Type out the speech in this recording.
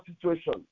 situation